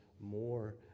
more